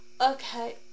Okay